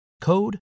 code